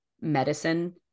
medicine-